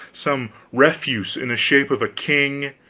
some refuse, in the shape of a king,